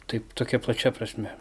taip tokia plačia prasme